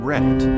Reddit